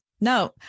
No